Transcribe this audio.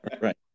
Right